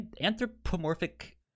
anthropomorphic